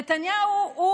נתניהו הוא,